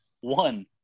one